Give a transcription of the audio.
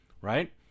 right